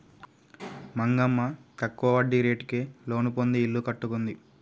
మంగమ్మ తక్కువ వడ్డీ రేటుకే లోను పొంది ఇల్లు కట్టుకుంది